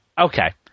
Okay